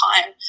time